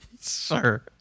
Sir